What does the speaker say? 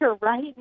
right